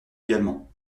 également